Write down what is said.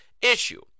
issue